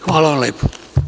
Hvala vam lepo.